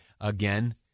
again